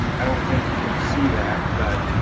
i don't think you're gonna see that, but